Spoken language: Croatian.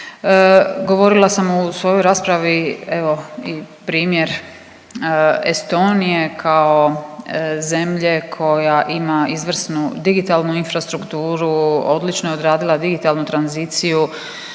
Govorila sam u svojoj raspravi evo i primjer Estonije kao zemlje koja ima izvrsnu digitalnu infrastrukturu, odlično je odradila digitalnu tranziciju,